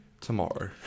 tomorrow